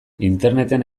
interneten